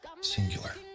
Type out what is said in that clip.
singular